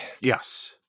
yes